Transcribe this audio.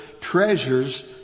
treasures